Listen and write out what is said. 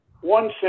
one